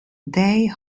they